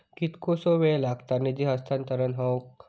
कितकोसो वेळ लागत निधी हस्तांतरण हौक?